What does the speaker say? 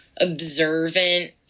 observant